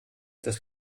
dass